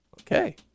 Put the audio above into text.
okay